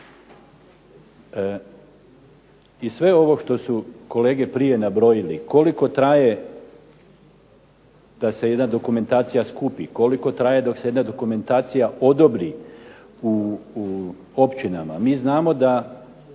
I sve ovo što su kolege prije nabrojili koliko traje da se jedna dokumentacija skupi, koliko traje dok se jedna dokumentacija odobri u općinama. Mi znamo da,